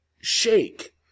shake